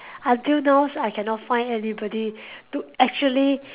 until now I cannot find anybody to actually